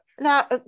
Now